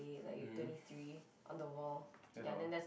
that's all